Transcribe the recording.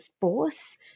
force